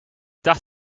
dacht